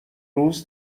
روز